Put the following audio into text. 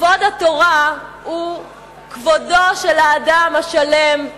שכבוד התורה הוא כבודו של האדם השלם,